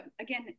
again